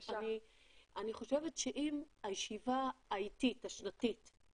בטוח וחד משמעי את ה-כריספר כדי להוציא את הגן הפגום.